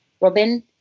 Robin